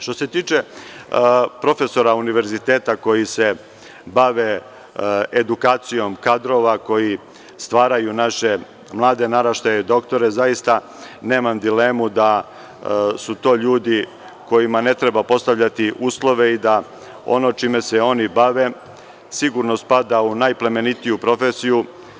Što se tiče profesora univerziteta koji se bave edukacijom kadrova koji stvaraju naše mlade naraštaje, doktore, zaista nemam dilemu da su to ljudi kojima ne treba postavljati uslove i da ono čime se oni bave, sigurno spada u najplemenitiju profesiju.